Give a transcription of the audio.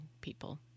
people